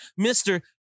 Mr